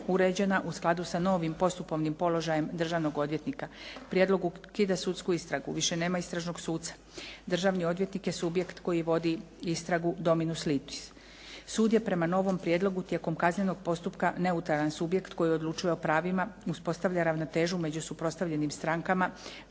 uređena u skladu sa novim postupovnim položajem državnog odvjetnika. Prijedlog ukida sudsku istragu, više nema istražnog suca, državni odvjetnik je subjekt koji vodi istragu "dominus litis". Sud je prema novom prijedlogu tijekom kaznenog postupka neutralan subjekt koji odlučuje o pravima, uspostavlja ravnotežu među suprotstavljenim strankama,